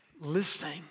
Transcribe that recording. listening